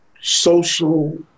social